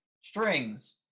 strings